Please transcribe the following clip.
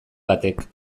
batek